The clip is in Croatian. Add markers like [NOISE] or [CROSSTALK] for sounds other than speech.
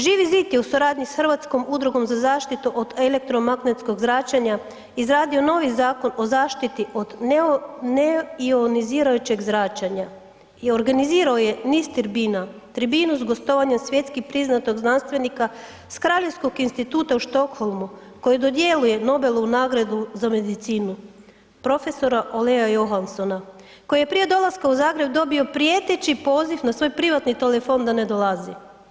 Živi zid je u suradnji sa Hrvatskom udrugom za zaštitu od elektromagnetskog zračenja izradio novi Zakon o zaštiti od neionizirajućeg zračenja i organizirao je niz tribina, tribinu s gostovanja svjetski priznatog znanstvenika s Kraljevskog instituta u Stockholmu koji dodjeljuje Nobelovu nagradu za medicinu prof. ... [UNINTELLIGIBLE] Johansona koji prije dolaska u Zagreb dobio prijeteći poziv na svoj privatni telefon da ne dolazi.